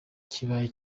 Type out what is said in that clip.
kibaye